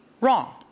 wrong